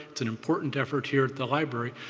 it's an important effort here at the library.